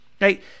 right